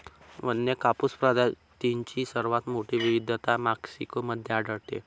वन्य कापूस प्रजातींची सर्वात मोठी विविधता मेक्सिको मध्ये आढळते